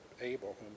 Abel